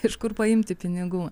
iš kur paimti pinigų